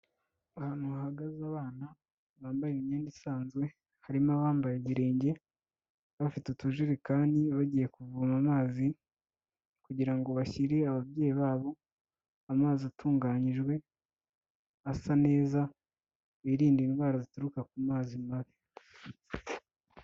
Ahantu hahagaze abana bambaye imyenda isanzwe harimo abambaye ibirenge bafite utujerirekani bagiye kuvoma amazi, kugira ngo bashyire ababyeyi babo amazi atunganyijwe asa neza biririnde indwara zituruka ku mazi mabi.